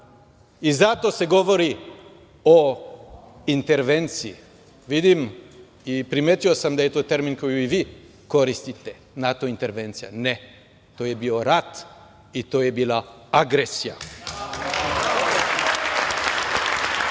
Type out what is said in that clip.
i zato se govori o intervenciji. Vidim i primetio sam da je to termin koji i vi koristite, NATO intervencija. Ne, to je bio rat i to je bila agresija. Kad